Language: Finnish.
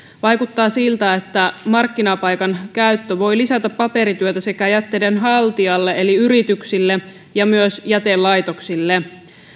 vaikuttaa siltä että markkinapaikan käyttö voi lisätä paperityötä sekä jätteiden haltijalle eli yrityksille että myös jätelaitoksille